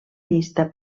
llista